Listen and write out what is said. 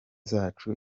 zacu